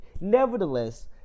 Nevertheless